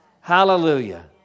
Hallelujah